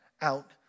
out